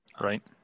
Right